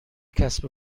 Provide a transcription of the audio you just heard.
کسب